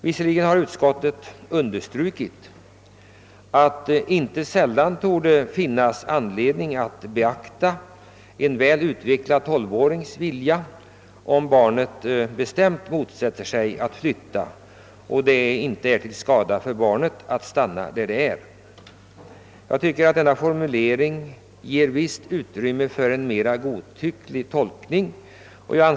Visserligen har utskottsmajoriteten understrukit att »det inte sällan torde finnas anledning att beakta en väl utvecklad tolvårings vilja, om barnet bestämt motsätter sig att flytta och det inte är till skada för barnet att stanna där det är», men enligt min mening ger denna formulering visst utrymme för en mera godtycklig tolkning.